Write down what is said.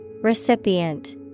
Recipient